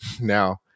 Now